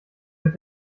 mit